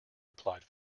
replied